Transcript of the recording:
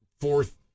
fourth